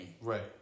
Right